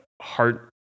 heart